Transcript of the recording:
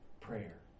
prayer